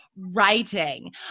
writing